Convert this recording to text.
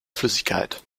flüssigkeit